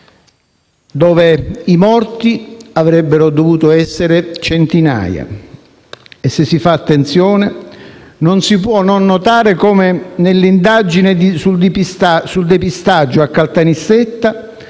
dove i morti avrebbero dovuto essere centinaia. Se si fa attenzione, non si può non notare come nell'indagine sul depistaggio a Caltanissetta